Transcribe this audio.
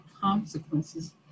consequences